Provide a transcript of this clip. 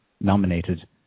nominated